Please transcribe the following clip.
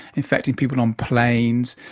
affecting people on planes.